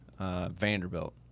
Vanderbilt